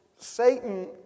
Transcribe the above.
Satan